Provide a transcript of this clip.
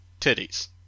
Titties